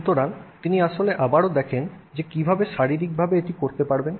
সুতরাং তিনি আসলে আবারো দেখেন যে কীভাবে শারীরিকভাবে এটি করতে পারেন